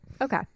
Okay